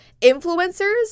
Influencers